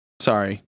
Sorry